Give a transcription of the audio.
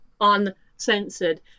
uncensored